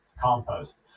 compost